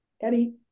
Eddie